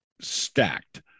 Stacked